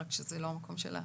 רק שזה לא המקום שלה.